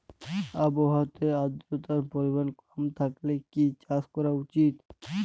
আবহাওয়াতে আদ্রতার পরিমাণ কম থাকলে কি চাষ করা উচিৎ?